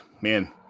Man